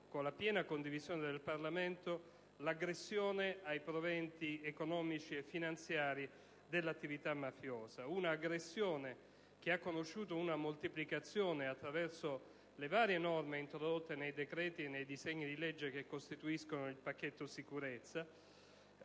con la piena condivisione del Parlamento, l'aggressione ai proventi economici e finanziari dell'attività mafiosa. Tale aggressione ha conosciuto una moltiplicazione attraverso le varie norme introdotte nei decreti e nei disegni di legge che costituiscono il cosiddetto pacchetto sicurezza.